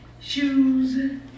shoes